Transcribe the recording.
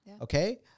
okay